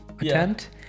attempt